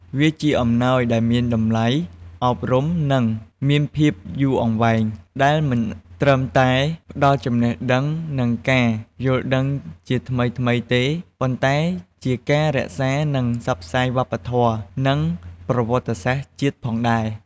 វាជាអំណោយដែលមានតម្លៃអប់រំ និងមានភាពយូរអង្វែង ដែលមិនត្រឹមតែផ្តល់ចំណេះដឹងនិងការយល់ដឹងជាថ្មីៗទេ ប៉ុន្តែជាការរក្សា និងផ្សព្វផ្សាយវប្បធម៌ និងប្រវត្តិសាស្ត្រជាតិផងដែរ។